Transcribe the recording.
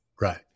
Right